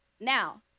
Now